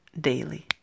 daily